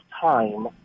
time